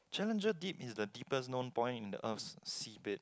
Challenger Deep is the deepest known point in the earth's seabed